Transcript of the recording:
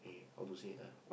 eh how to say it ah